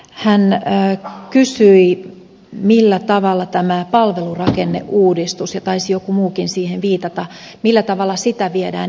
hän kysyi millä tavalla tätä palvelurakenneuudistusta viedään eteenpäin ja taisi joku muukin siihen viitata